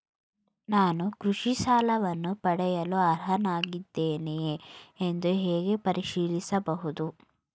ನಾನು ಕೃಷಿ ಸಾಲವನ್ನು ಪಡೆಯಲು ಅರ್ಹನಾಗಿದ್ದೇನೆಯೇ ಎಂದು ಹೇಗೆ ಪರಿಶೀಲಿಸಬಹುದು?